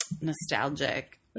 nostalgic